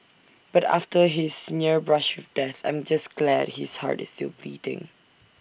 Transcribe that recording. but after his near brush with death I'm just glad his heart is still beating